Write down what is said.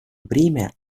бремя